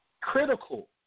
critical